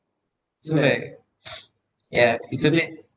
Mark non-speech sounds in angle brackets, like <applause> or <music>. so like <noise> ya it's a bit